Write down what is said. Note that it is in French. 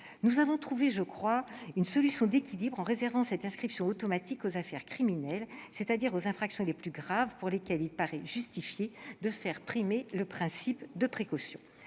Nous avons trouvé, je crois, une solution d'équilibre en réservant l'inscription automatique aux affaires criminelles, c'est-à-dire aux infractions les plus graves, pour lesquelles il paraît justifié de faire primer le principe de précaution.